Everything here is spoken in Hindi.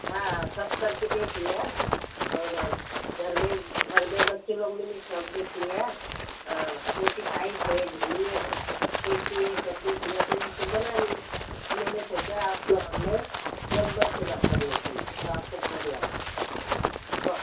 हाँ हाँ सब कर के देख लिया और घर में घर में बच्चे लोग ने भी सब देख लिया टूटी टाइट है ढीली है कैसी हे सब देख लिया तो उन से बना नहीं तो मैंने सोचा कि हाँ मैं पलम्बर से बात कर लेती तो आप को फ़ोन लगाया था तो